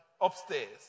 upstairs